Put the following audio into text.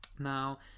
Now